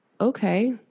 okay